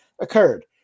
occurred